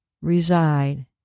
reside